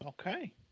Okay